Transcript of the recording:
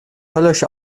höllisch